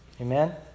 Amen